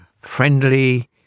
friendly